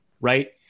right